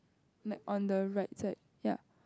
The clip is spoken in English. like on the right side ya